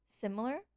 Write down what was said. similar